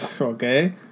okay